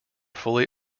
fully